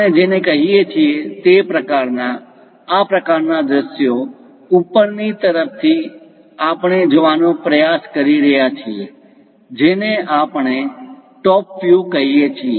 આપણે જેને કહીએ છીએ તે પ્રકાર ના આ પ્રકારના દૃશ્યો ઉપરની તરફથી આપણે જોવાનો પ્રયાસ કરી રહ્યા છીએ જેને આપણે ટોપ વ્યુ કહીએ છીએ